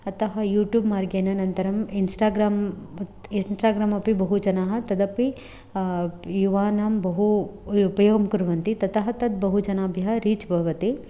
अतः यूट्यूब् मार्गेन अनन्तरम् इन्स्टाग्राम् इन्स्टाग्राम् अपि बहु जनाः तदपि युवानां बहु उपयोगं कुर्वन्ति ततः तद्बहु जनेभ्यः रीच् भवति